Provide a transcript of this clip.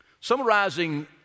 Summarizing